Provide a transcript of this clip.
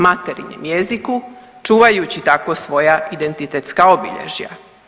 materinjem jeziku čuvajući tako svoja identitetska obilježja.